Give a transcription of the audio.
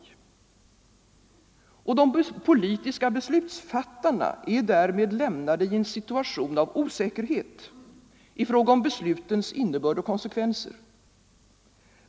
Och de politiska beslutsfattarna är därmed lämnade i en situation av osäkerhet i fråga om beslutens innebörd och konsekvenser.